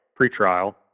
pretrial